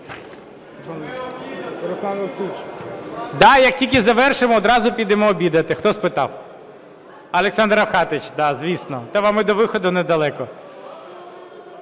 Да, як тільки завершимо, одразу підемо обідати. Хто спитав? Олександр Рафкатович, да, звісно. Та вам і до виходу недалеко.